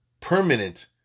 permanent